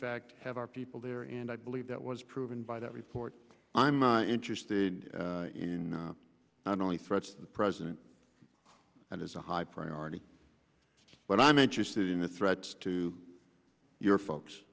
fact have our people there and i believe that was proven by that report i'm interested in not only threats to the president and is a high priority but i'm interested in the threats to your folks